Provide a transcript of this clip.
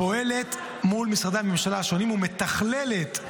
הפועלת מול משרדי הממשל השונים ומתכללת,